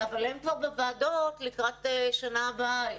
אבל הם כבר נמצאים בוועדות לקראת השנה הבאה.